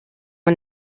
one